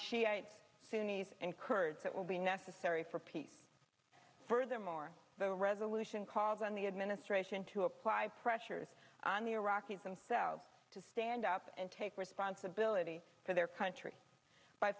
shiite sunni and kurds that will be necessary for peace furthermore the resolution calls on the administration to apply pressures on the iraqis themselves to stand up and take responsibility for their country by